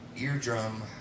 eardrum